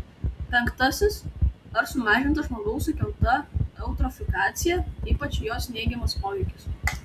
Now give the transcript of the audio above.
penktasis ar sumažinta žmogaus sukelta eutrofikacija ypač jos neigiamas poveikis